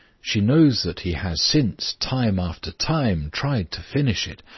she knows that he has since, time after time, tried to finish it,